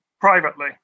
privately